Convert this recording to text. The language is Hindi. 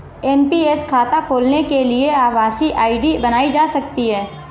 एन.पी.एस खाता खोलने के लिए आभासी आई.डी बनाई जा सकती है